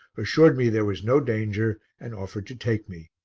assured me there was no danger and offered to take me.